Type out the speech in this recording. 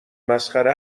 مسخره